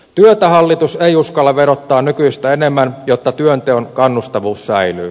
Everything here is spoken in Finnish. työtä hallitus ei uskalla verottaa nykyistä enemmän jotta työnteon kannustavuus säilyy